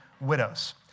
widows